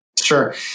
Sure